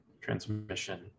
transmission